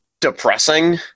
depressing